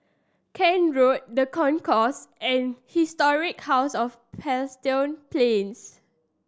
Kent Road The Concourse and Historic House of Plains